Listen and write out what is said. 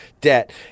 debt